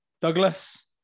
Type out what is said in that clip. Douglas